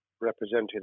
represented